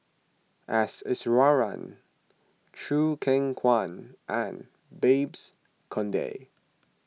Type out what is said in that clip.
S Iswaran Choo Keng Kwang and Babes Conde